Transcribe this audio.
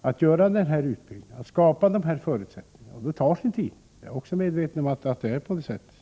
Att göra denna utbyggnad och skapa de här förutsättningarna tar sin tid. Jag är också medveten om att det är på det sättet.